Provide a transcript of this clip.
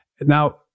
Now